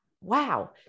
wow